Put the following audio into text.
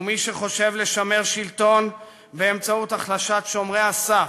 ומי שחושב לשמר שלטון באמצעות החלשת שומרי הסף,